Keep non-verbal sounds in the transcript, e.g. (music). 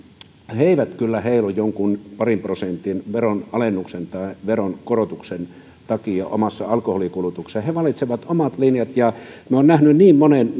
eivät kyllä heilu jonkun parin prosentin veronalennuksen tai veronkorotuksen takia omassa alkoholinkulutuksessaan he valitsevat omat linjansa minä olen nähnyt niin monen (unintelligible)